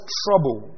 trouble